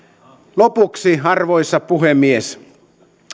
lopuksi arvoisa puhemies